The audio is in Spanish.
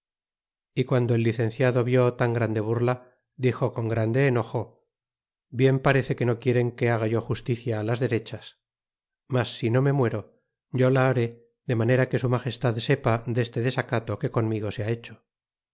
y piando el licenciado vib tan grande burla dixo con grande enojo bien parece que no quieren que haga yo justicia ti las derechas mas si no me muero yo la haré de manera que su magestad sepa des te desacato que conmigo se ha hecho